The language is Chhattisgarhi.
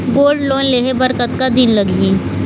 गोल्ड लोन लेहे बर कतका दिन लगही?